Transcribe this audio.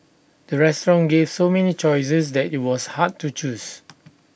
the restaurant gave so many choices that IT was hard to choose